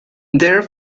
there